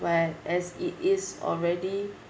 but as it is already